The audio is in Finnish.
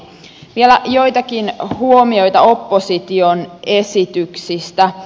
vielä joitakin huomioita opposition esityksistä